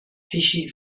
wisi